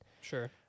sure